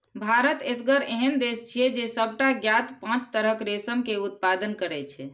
भारत एसगर एहन देश छियै, जे सबटा ज्ञात पांच तरहक रेशम के उत्पादन करै छै